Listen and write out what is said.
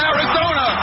Arizona